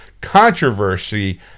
controversy